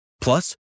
Plus